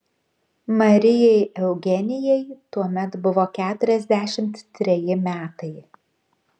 marijai eugenijai tuomet buvo keturiasdešimt treji metai